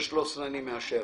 12, 13 אני מאשר.